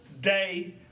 Day